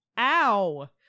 Ow